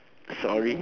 sorry